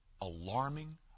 alarming